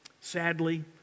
Sadly